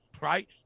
Right